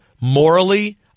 Morally